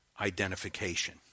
identification